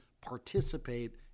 participate